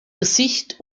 gesicht